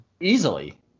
Easily